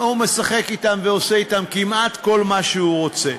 הוא משחק אתם ועושה אתם כמעט כל מה שהוא רוצה.